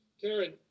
Karen